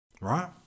Right